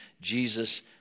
Jesus